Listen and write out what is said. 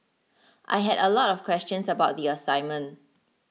I had a lot of questions about the assignment